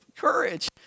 Courage